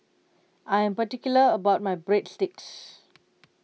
I am particular about my Breadsticks